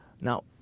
Now